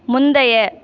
முந்தைய